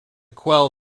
quell